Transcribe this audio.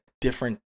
different